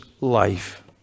life